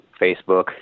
Facebook